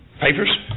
papers